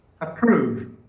Approve